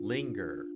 Linger